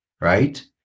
right